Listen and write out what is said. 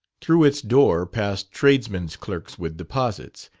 through its door passed tradesmen's clerks with deposits,